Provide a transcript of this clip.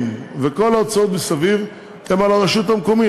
וכל ההוצאות מסביב הן על הרשות המקומית.